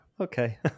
okay